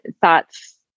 thoughts